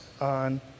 on